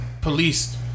police